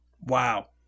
Wow